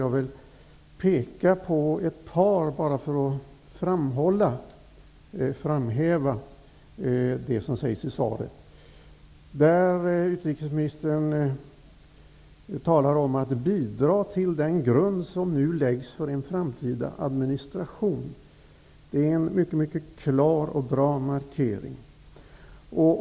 För att framhäva det som sägs i svaret vill jag peka på ett par markeringar. Att utrikesministern talar om att bidra till den grund som läggs för en framtida administration är en mycket klar och bra markering.